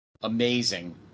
amazing